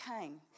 came